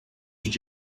age